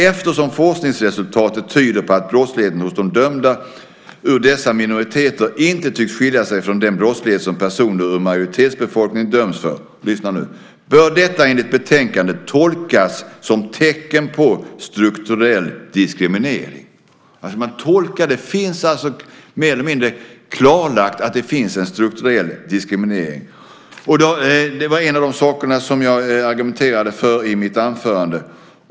Eftersom forskningsresultaten tyder på att brottsligheten hos de dömda ur dessa minoriteter inte tycks skilja sig från den brottslighet som personer ur majoritetsbefolkningen döms för, bör detta enligt betänkandet tolkas som tecken på strukturell diskriminering." Det finns alltså mer eller mindre klarlagt att det finns en strukturell diskriminering. Det är en av de saker som jag argumenterade för i mitt anförande.